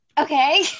Okay